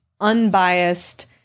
unbiased